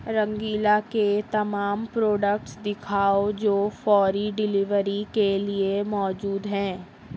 رنگیلا کے تمام پروڈکٹس دکھاؤ جو فوری ڈیلیوری کے لیے موجود ہیں